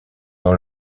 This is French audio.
dans